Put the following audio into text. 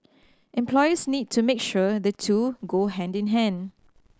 employers need to make sure the two go hand in hand